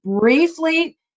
briefly